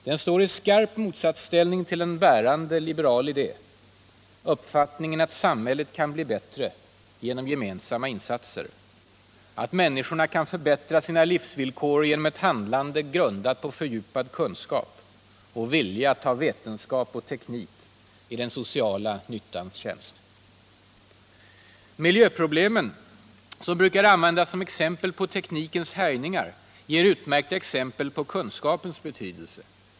Den står i skarp motsatsställning till en bärande liberal idé: uppfattningen att samhället kan bli bättre genom gemensamma insatser, att människorna kan förbättra sina livsvillkor genom ett handlande grundat på fördjupad kunskap och vilja att ta vetenskap och teknik i den sociala nyttans tjänst. Miljöproblemen, som brukar användas som exempel på teknikens härjningar, ger utmärkta exempel på kunskapens betydelse.